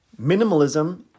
Minimalism